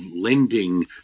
lending